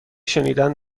شنیدن